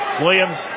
Williams